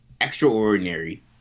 extraordinary